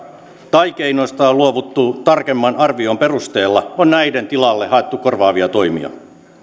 tai keinoista on on luovuttu tarkemman arvion perusteella on näiden tilalle haettu korvaavia toimia